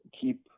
keep